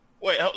Wait